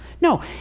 No